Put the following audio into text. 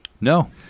No